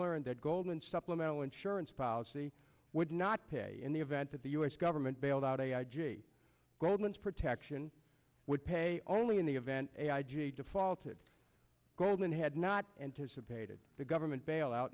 learned that goldman supplemental insurance policy would not pay in the event that the u s government bailed out a goldman's protection would pay only in the event a i g a defaulted goldman had not anticipated the government bailout